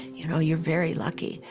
you know, you're very lucky.